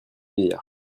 milliards